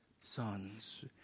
sons